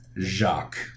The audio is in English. Jacques